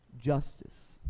justice